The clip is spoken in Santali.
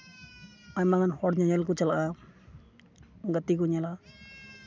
ᱟᱭᱢᱟ ᱦᱚᱲ ᱧᱮᱧᱮᱞ ᱠᱚ ᱪᱟᱞᱟᱜᱼᱟ ᱜᱟᱛᱮ ᱠᱚ ᱧᱮᱞᱟ